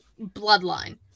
bloodline